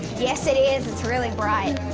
yes it is, it's really bright.